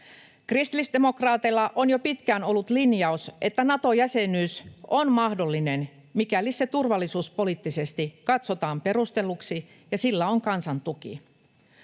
Kristillisdemokraateilla on jo pitkään ollut linjaus, että Nato-jäsenyys on mahdollinen, mikäli se turvallisuuspoliittisesti katsotaan perustelluksi ja sillä on kansan tuki.